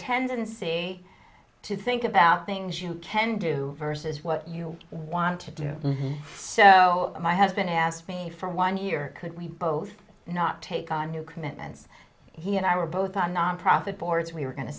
tendency to think about things you can do versus what you want to do so my husband asked me for one year could we both not take on new commitments he and i were both on nonprofit boards we were going to